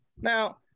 Now